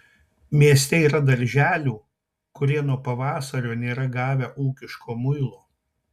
mieste yra darželių kurie nuo pavasario nėra gavę ūkiško muilo